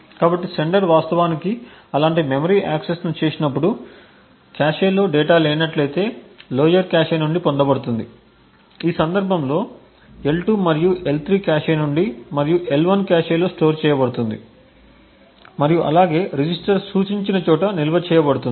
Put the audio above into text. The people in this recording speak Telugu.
కాబట్టి సెండర్ వాస్తవానికి అలాంటి మెమరీ యాక్సెస్ ను చేసినప్పుడు కాష్లో డేటా లేనట్లయితే లోయర్ కాష్ నుండి పొందబడుతుంది ఈ సందర్భంలో L2 మరియు L3 కాష్ నుండి మరియు L1 కాష్లో స్టోర్ చేయబడుతుంది మరియు అలాగే రిజిస్టర్ సూచించిన చోట నిల్వ చేయబడుతుంది